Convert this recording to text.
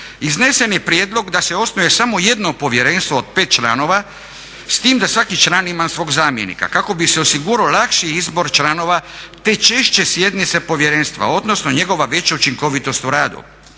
Iznesen je prijedlog da se osnuje samo jedno povjerenstvo od 5 članova, s tim da svaki član ima svog zamjenika kako bi se osigurao lakši izbor članova te češće sjednice povjerenstva, odnosno njegova veća učinkovitost u radu.